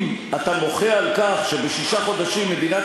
אם אתה מוחה על כך שבשישה חודשים מדינת